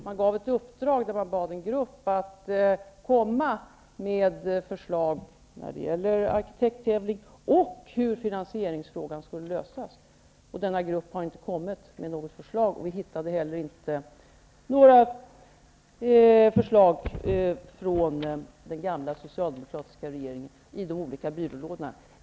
Man gav ett uppdrag till en grupp att komma med ett förslag om en arkitekttävling och till hur finansieringsfrågan skulle lösas. Denna grupp har inte lagt fram något förslag, och vi hittade inte heller några förslag i den gamla socialdemokratiska regeringens byrålådor.